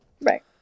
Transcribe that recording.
Right